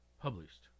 Published